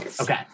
Okay